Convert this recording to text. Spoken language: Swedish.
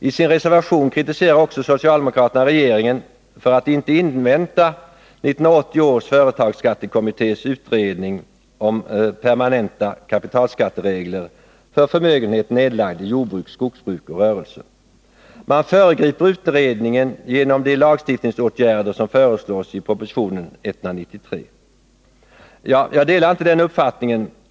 I sin reservation kritiserar också socialdemokraterna regeringen för att den inte inväntar 1980 års företagsskattekommittés utredning om permanenta kapitalskatteregler för förmögenhet nerlagd i jordbruk, skogsbruk och rörelse. Man föregriper enligt deras mening utredningen genom de lagstiftningsåtgärder som föreslås i proposition 193. Jag delar inte den uppfattningen.